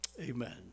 Amen